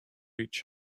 each